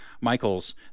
Michaels